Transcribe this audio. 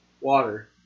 water